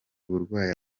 burwayi